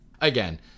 Again